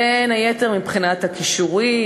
בין היתר מבחינת הכישורים,